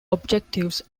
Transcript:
objectives